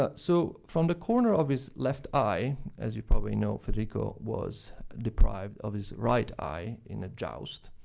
ah so, from the corner of his left eye. as you probably know, federico was deprived of his right eye in a joust,